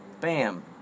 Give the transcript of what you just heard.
Bam